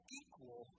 equal